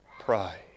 Pride